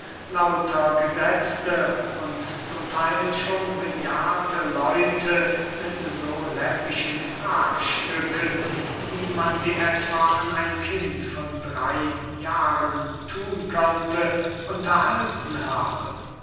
lauter gesetzte und zum theil schon bejahrte leute mit so läppischen fragstücken wie man sie etwa an ein kind von drey jahren thun könnte unterhalten habe